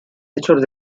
hechos